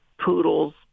poodles